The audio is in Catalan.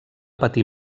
patir